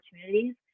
opportunities